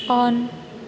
on